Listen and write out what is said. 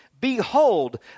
behold